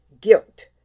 guilt